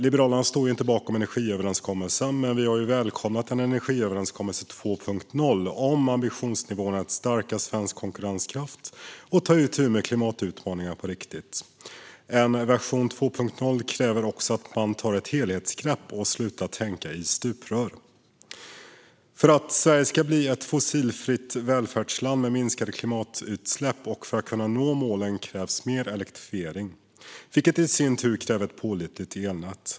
Liberalerna står inte bakom energiöverenskommelsen, men vi har välkomnat en energiöverenskommelse 2.0 om ambitionsnivån är att stärka svensk konkurrenskraft och ta itu med klimatutmaningarna på riktigt. En version 2.0 kräver också att man tar ett helhetsgrepp och slutar att tänka i stuprör. För att Sverige ska bli ett fossilfritt välfärdsland med minskade klimatutsläpp och för att kunna nå målet krävs mer elektrifiering, vilket i sin tur kräver ett pålitligt elnät.